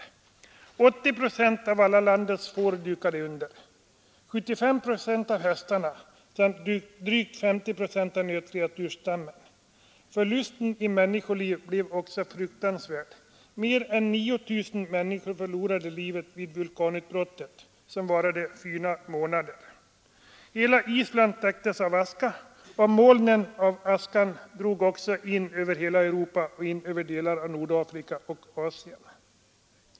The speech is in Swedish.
Vid det tillfället dukade 80 procent av alla landets får under, 75 procent av hästarna samt drygt 50 procent av nötkreatursstammen. Förlusten i människoliv blev också fruktansvärd — mer än 9 000 människor förlorade livet. Detta vulkanutbrott varade i fyra månader. Hela Island täcktes av aska, och molnen av askan drog också in över hela Europa och in över delar av Nordafrika och Asien.